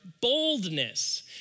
boldness